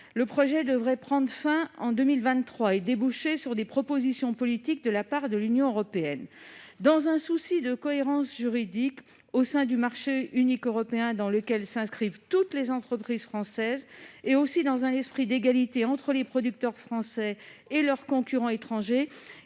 Le projet devrait prendre fin en 2023 et déboucher sur des propositions politiques de la part de l'Union européenne. Dans un souci de cohérence juridique au sein du marché unique européen, dans lequel s'inscrivent toutes les entreprises françaises, ainsi que dans un esprit d'égalité entre les producteurs français et leurs concurrents étrangers,